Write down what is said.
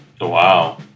Wow